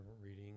reading